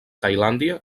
tailàndia